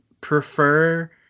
prefer